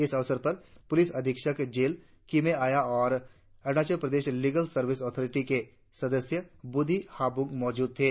इस अवसर पर पुलिस अधीक्षक जेल किमे आया और Arunachal Pradesh legal service authority के सदस्य बुदी हाबुंग मौजूद थे